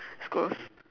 it's gross